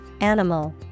Animal